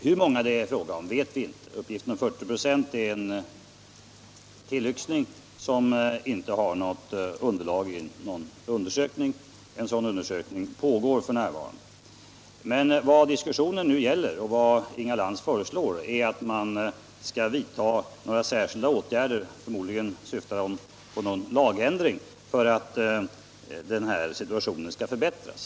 Hur många det är fråga om vet vi inte — uppgiften om 40 96 är bara en uppskattning, som inte har något underlag i någon undersökning. En sådan undersökning pågår dock f.n. Vad diskussionen nu gäller och vad Inga Lantz föreslår är att man skall vidta särskilda åtgärder — förmodligen syftar hon på någon lagändring — för att situationen skall kunna förbättras.